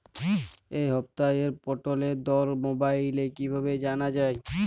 এই সপ্তাহের পটলের দর মোবাইলে কিভাবে জানা যায়?